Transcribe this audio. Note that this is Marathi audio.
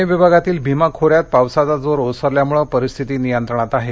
पूणे विभागातील भीमा खोऱ्यात पावसाचा जोर ओसरल्यामुळे परिस्थिती नियंत्रणात आहे